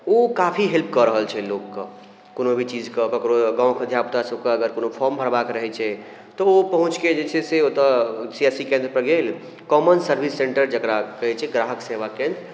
ओ काफी हेल्प कऽ रहल छै लोकके कोनो भी चीजके ककरो गाँवके धियापुता सभके अगर कोनो फॉर्म भरबाके रहै छै तऽ ओ पहुँचके जे छै से ओतऽ सी एस सी केन्द्रपर गेल कॉमन सर्विस सेन्टर जकरा कहै छै ग्राहक सेवा केन्द्र